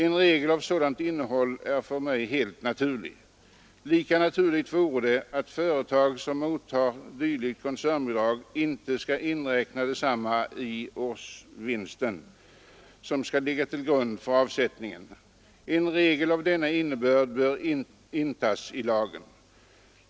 En regel av sådant innehåll är för mig helt naturlig. Lika naturligt vore det att företag som mottar dylikt koncernbidrag inte skall inräkna detsamma i den årsvinst som skall ligga till grund för avsättningen. En regel av denna innebörd bör intas i lagen.